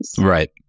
Right